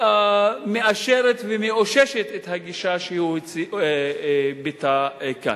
שמאשרת ומאוששת את הגישה שהוא ביטא כאן?